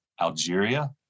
Algeria